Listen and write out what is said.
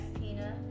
Tina